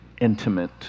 intimate